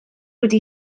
wedi